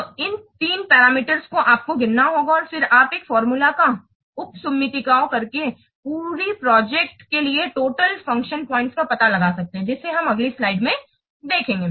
तो इन तीन पैरामीटर्स को आपको गिनना होगा और फिर आप एक formula का उपसुम्मातिओं करके पूरी प्रोजेक्ट के लिए टोटल फ़ंक्शन पॉइंट का पता लगा सकते हैं जिसे हम अगली स्लाइड में देखेंगे